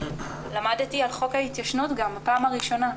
למדתי על חוק ההתיישנות גם בפעם הראשונה.